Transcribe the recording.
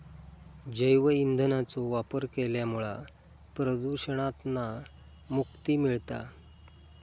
जैव ईंधनाचो वापर केल्यामुळा प्रदुषणातना मुक्ती मिळता